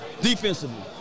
Defensively